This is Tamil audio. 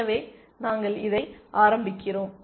எனவே நாங்கள் இதை ஆரம்பிக்கிறோம்